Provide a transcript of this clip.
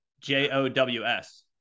J-O-W-S